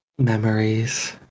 Memories